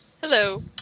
Hello